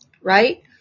Right